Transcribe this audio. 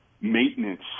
maintenance